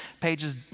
pages